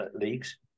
leagues